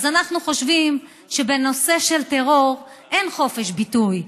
אז אנחנו חושבים שבנושא של טרור אין חופש ביטוי.